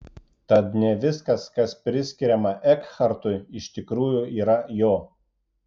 tad ne viskas kas priskiriama ekhartui iš tikrųjų yra jo